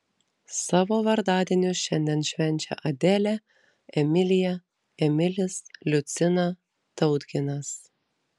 savo vardadienius šiandien švenčia adelė emilija emilis liucina tautginas